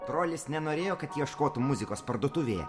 trolis nenorėjo kad ieškotum muzikos parduotuvėje